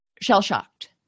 shell-shocked